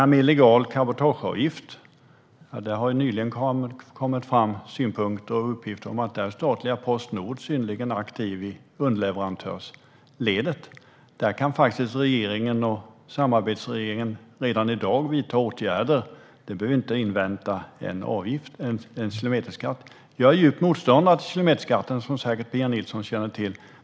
Beträffande illegala cabotageavgifter har det nyligen kommit fram synpunkter och uppgifter om att statliga Postnord i detta sammanhang är synnerligen aktivt i underleverantörsledet. Där kan faktiskt samarbetsregeringen redan i dag vidta åtgärder. Man behöver inte invänta en kilometerskatt. Jag är en stor motståndare till kilometerskatten, vilket Pia Nilsson säkert känner till.